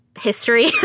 history